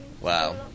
Wow